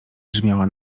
brzmiała